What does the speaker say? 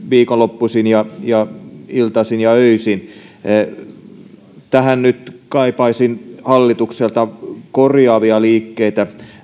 viikonloppuisin iltaisin ja öisin näiden asioiden hoitamiseen kaipaisin nyt hallitukselta korjaavia liikkeitä